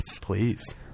Please